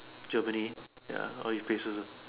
Germany ya all these places